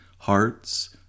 hearts